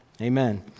Amen